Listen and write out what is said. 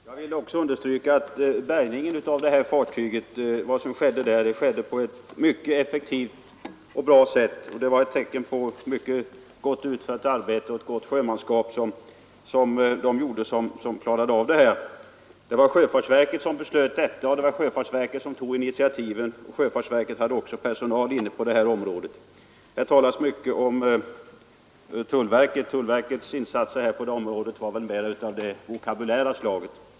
Herr talman! Jag vill också understryka att bärgningen av detta fartyg skedde på ett mycket effektivt och bra sätt. De som klarade av det hela utförde ett mycket gott arbete och visade gott sjömanskap. Sjöfartsverket fattade beslutet och sjöfartsverket tog initiativet. Sjöfartsverket hade också personal inkopplad på detta område. Det talas mycket om tullverket, men tullverkets insatser på detta område var väl mera av det vokabulära slaget.